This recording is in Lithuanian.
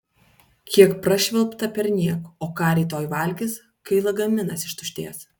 kiek prašvilpta perniek o ką rytoj valgys kai lagaminas ištuštės